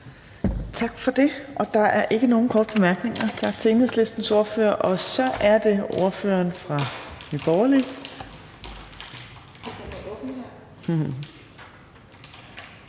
Tak for det. Der er ikke nogen korte bemærkninger. Tak til Enhedslistens ordfører. Så er det ordføreren fra Nye Borgerlige.